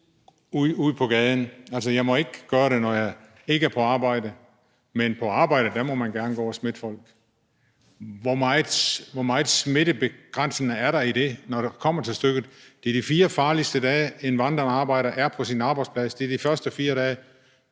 ud på gaden? Altså, jeg må ikke gøre det, når jeg ikke er på arbejde, men på arbejde må jeg gerne gå og smitte folk. Hvor meget smittebegrænsende er der i det, når det kommer til stykket? Det er de 4 farligste dage, hvor en vandrende arbejder er på sin arbejdsplads, altså de første 4 dage,